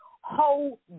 whole